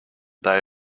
they